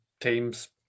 Teams